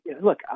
look